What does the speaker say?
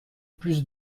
plus